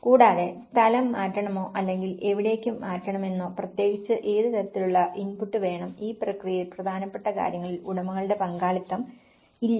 കൂടാതെ സ്ഥലം മാറ്റണമോ അല്ലെങ്കിൽ എവിടേക്ക് മാറ്റണമെന്നോ പ്രത്യേകിച്ച് ഏത് തരത്തിലുള്ള ഇൻപുട്ട് വേണം ഈ പ്രക്രിയയിൽ പ്രധാനപ്പെട്ട കാര്യങ്ങളിൽ ഉടമകളുടെ പങ്കാളിത്തം ഇല്ല